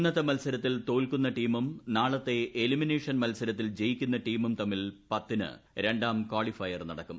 ഇന്നത്തെ മൽസരത്തിൽ തോൽക്കുന്ന ടീമും നാളത്തെ എലിമിനേഷൻ മൽസരത്തിൽ ജയിക്കുന്ന ടീമും തമ്മിൽ പത്തിന് രണ്ടാം കാളിഫയർ നടക്കും